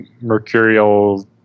Mercurial